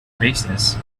basis